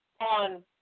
on